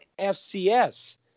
FCS